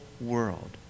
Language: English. world